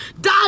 die